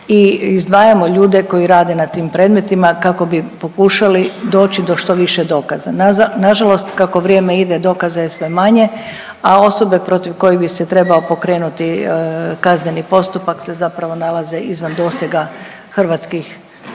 i izdvajamo ljude koji rade na tim predmetima kako bi pokušali doći do što više dokaza. Nažalost, kako vrijeme ide dokaza je sve manje, a osobe protiv kojih bi se trebao pokrenuti kazneni postupak se zapravo nalaze izvan dosega hrvatskih